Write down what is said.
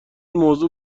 موضوع